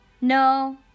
No